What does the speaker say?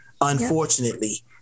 unfortunately